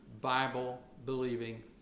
Bible-believing